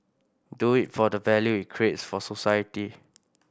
do it for the value it creates for society